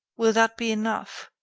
will that be enough?